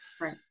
Right